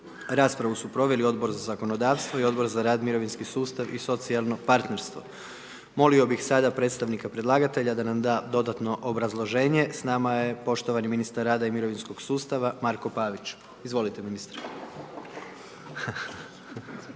Raspravu su proveli Odbor za zakonodavstvo i Odbor za rad, mirovinski sustav i socijalno partnerstvo. Molio bih sada predstavnika predlagatelja da nam da dodatno obrazloženje, s nama je poštovani ministar rada i mirovinskog sustava, Marko Pavić. Izvolite ministre.